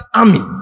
army